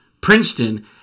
Princeton